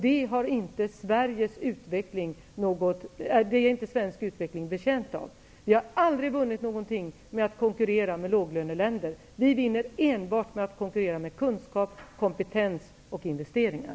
Detta är inte Sveriges utveckling betjänt av. Vårt land har aldrig vunnit något på att konkurrera med låglöneländer, utan vinner enbart på att konkurrera med kunskap, kompetens och investeringar.